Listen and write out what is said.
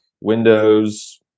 Windows